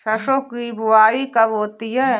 सरसों की बुआई कब होती है?